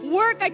work